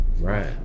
right